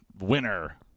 winner